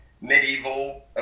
medieval